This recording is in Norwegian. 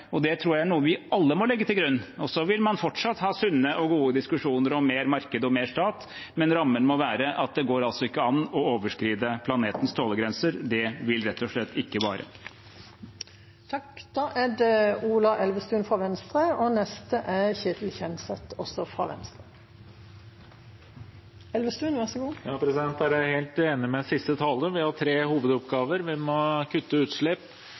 det inn over seg. Det tror jeg er noe vi alle må legge til grunn. Man vil fortsatt ha sunne og gode diskusjoner om mer marked og mer stat, men rammen må være at det ikke går an å overskride planetens tålegrenser. Det vil rett og slett ikke vare. Jeg er